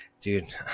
Dude